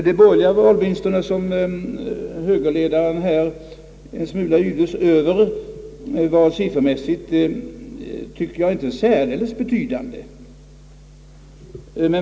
De borgerliga valvinsterna som högerledaren här yvdes en smula över var siffermässigt inte särdeles betydande.